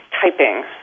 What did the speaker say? typing